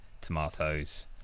tomatoes